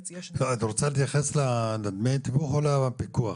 --- את רוצה להתייחס לדמי התיווך או לפיקוח?